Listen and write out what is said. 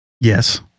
Yes